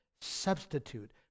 substitute